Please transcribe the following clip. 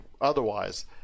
otherwise